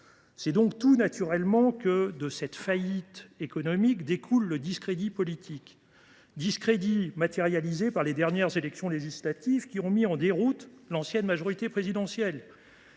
C’est donc tout naturellement que de cette faillite économique découle le discrédit politique. Celui ci s’est matérialisé à l’occasion des dernières élections législatives, qui ont mis en déroute l’ancienne majorité présidentielle.